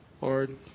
Lord